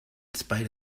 spite